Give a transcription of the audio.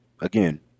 Again